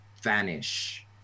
vanish